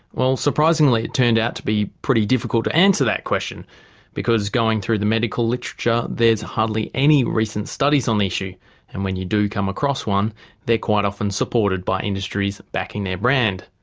well surprisingly it turned out to be pretty difficult to answer that question because going through the medical literature there are hardly any recent studies on the issue and when you do come across one they are quite often supported by industries backing their brand.